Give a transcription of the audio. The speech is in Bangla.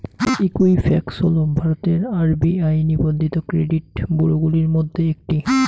ঈকুইফ্যাক্স হল ভারতের আর.বি.আই নিবন্ধিত ক্রেডিট ব্যুরোগুলির মধ্যে একটি